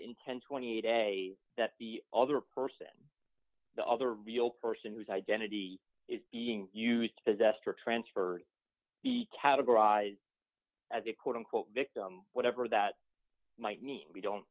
and twenty a day that the other person the other real person whose identity is being used possessed or transfer categorized as a quote unquote victim whatever that might mean we don't